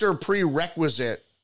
prerequisite